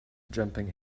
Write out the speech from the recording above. jumping